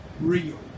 real